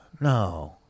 No